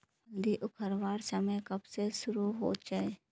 हल्दी उखरवार समय कब से शुरू होचए?